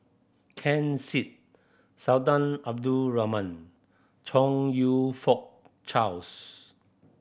Ken Seet Sultan Abdul Rahman Chong You Fook Charles